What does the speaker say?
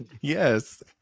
Yes